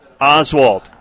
Oswald